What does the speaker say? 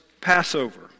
Passover